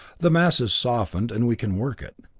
the mass is softened, and we can work it.